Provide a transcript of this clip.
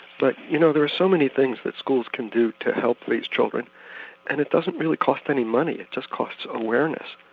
but you know there are so many things that schools can do to help these children and it doesn't really cost any money, it just costs awareness.